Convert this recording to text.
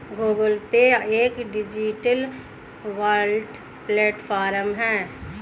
Google Pay एक digital wallet platform है